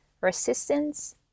resistance